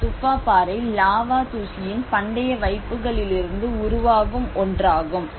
இந்த துஃபா பாறை லாவா தூசியின் பண்டைய வைப்புகளிலிருந்து உருவாகும் ஒன்றாகும்